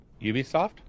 ubisoft